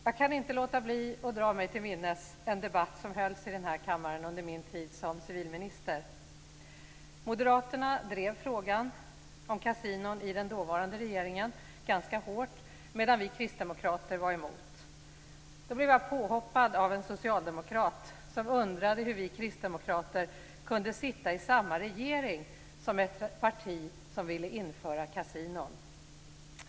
Jag kan inte låta bli att dra mig till minnes en debatt som hölls i den här kammaren under min tid som civilminister. Moderaterna drev frågan om kasinon i den dåvarande regeringen ganska hårt, medan vi kristdemokrater var emot. Jag blev då påhoppad av en socialdemokrat, som undrade hur vi kristdemokrater kunde sitta i samma regering som ett parti som ville införa kasinon.